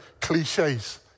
cliches